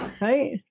Right